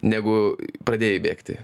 negu pradėjai bėgti